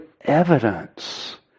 evidence